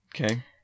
Okay